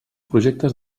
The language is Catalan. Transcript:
projectes